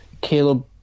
Caleb